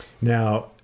now